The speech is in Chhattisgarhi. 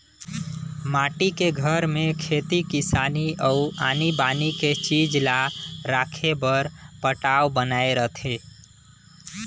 माटी के घर में खेती किसानी अउ आनी बानी के चीज ला राखे बर पटान्व बनाए रथें